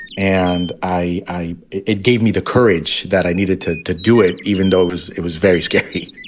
and i i it it gave me the courage that i needed to to do it, even though it was it was very scary